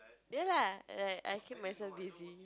ya lah like I keep myself busy